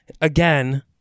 again